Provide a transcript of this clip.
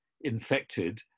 infected